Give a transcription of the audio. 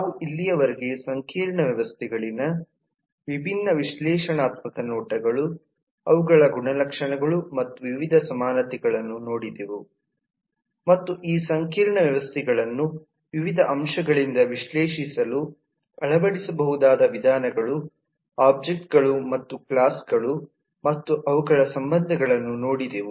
ನಾವು ಇಲ್ಲಿಯವರೆಗೆ ಸಂಕೀರ್ಣ ವ್ಯವಸ್ಥೆಗಳಲ್ಲಿನ ವಿಭಿನ್ನ ವಿಶ್ಲೇಷಣಾತ್ಮಕ ನೋಟಗಳು ಅವುಗಳ ಗುಣಲಕ್ಷಣಗಳು ಮತ್ತು ವಿವಿಧ ಸಮಾನತೆಗಳನ್ನು ನೋಡಿದೆವು ಮತ್ತು ಈ ಸಂಕೀರ್ಣ ವ್ಯವಸ್ಥೆಗಳನ್ನು ವಿವಿಧ ಅಂಶಗಳಿಂದ ವಿಶ್ಲೇಷಿಸಲು ಅಳವಡಿಸಬಹುದಾದ ವಿಧಾನಗಳು ಒಬ್ಜೆಕ್ಟ್ ಗಳು ಮತ್ತು ಕ್ಲಾಸ್ ಗಳು ಮತ್ತು ಅವುಗಳ ಸಂಬಂಧಗಳನ್ನು ನೋಡಿದೆವು